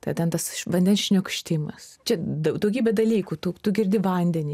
tai ten tas vandens šniokštimas čia daugybė dalykų tu girdi vandenį